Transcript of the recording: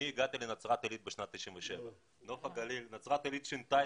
אני הגעתי לנצרת עילית בשנת 1997. נצרת עילית שינתה